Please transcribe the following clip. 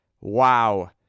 Wow